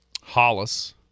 Hollis